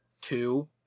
two